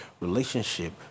relationship